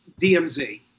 DMZ